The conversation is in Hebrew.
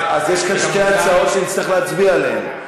אז יש כאן שתי הצעות שנצטרך להצביע עליהן.